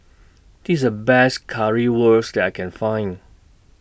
This IS The Best Currywurst that I Can Find